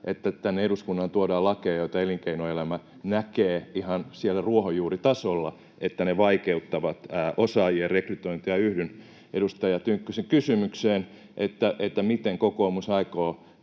että tänne eduskunnalle tuodaan lakeja, joista elinkeinoelämä näkee ihan siellä ruohonjuuritasolla, että ne vaikeuttavat osaajien rekrytointeja. Yhdyn edustaja Tynkkysen kysymykseen, miten kokoomus aikoo